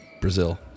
Brazil